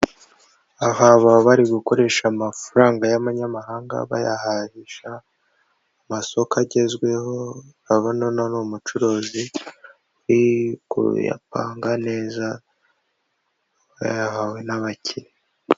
Aha baba bari gukoresha amafaranga y'abanyamahanga bayahahisha amasoko agezweho urabona uno ni umucuruzi ari kuyapanga neza aba yayahawe n'abakire.